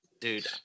Dude